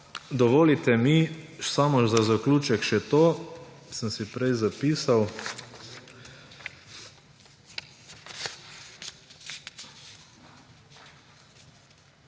Dovolite mi samo za zaključek še to, sem si prej zapisal.